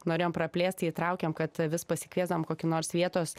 norėjome praplėst tai įtraukėm kad vis pasikviesdavom kokį nors vietos